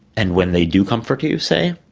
and when they do comfort you, say,